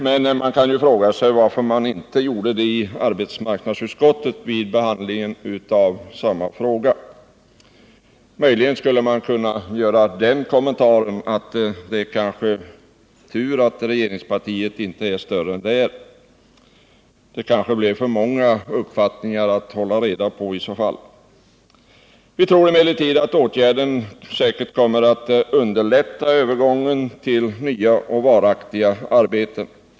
Men man kan fråga sig varför de inte gjorde det även i arbetsmarknadsutskottet, när samma fråga behandlades där. Möjligen skulle man kunna göra den kommentaren att det kanske är tur att regeringspartiet inte är större än det är, för i så fall blev det väl för många uppfattningar att hålla reda på. Vi tror emellertid att åtgärden kommer att underlätta övergången till nya och varaktiga arbeten.